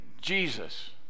Jesus